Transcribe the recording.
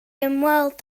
ymweld